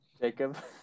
Jacob